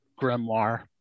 grimoire